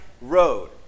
road